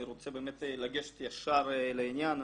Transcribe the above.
אני רוצה באמת לגשת ישר לעניין.